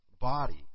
body